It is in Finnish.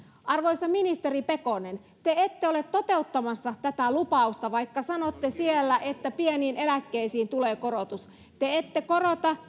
arvoisa ministeri pekonen te ette ole toteuttamassa tätä lupausta vaikka sanotte siellä että pieniin eläkkeisiin tulee korotus te ette korota